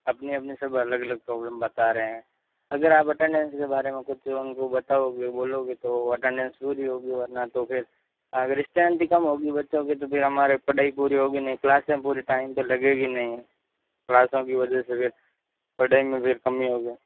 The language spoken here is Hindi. अपनी अपनी सब अलग अलग प्रॉबलम बता रहे हैं अगर आप अटेन्डन्स के बारे में कुछ उनको बताओगे बोलोगे तो अटेन्डन्स शुरू होगी वरना तो फिर अगर स्ट्रेनथ कम होगी बच्चों के फिर हमारे पढ़ाई पूरी होगी नहीं क्लास में पूरी टाइम पे लगेगी नहीं क्लासों की वजह से फिर पढ़ाई में फिर कमी होगी